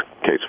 case